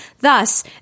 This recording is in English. Thus